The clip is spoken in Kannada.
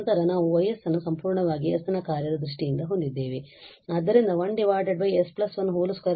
ನಂತರ ನಾವು Y ಅನ್ನು ಸಂಪೂರ್ಣವಾಗಿ s ನ ಕಾರ್ಯದ ದೃಷ್ಟಿಯಿಂದ ಹೊಂದಿದ್ದೇವೆ ಆದ್ದರಿಂದ 1 s121 ಮತ್ತು e −3s